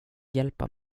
hjälpa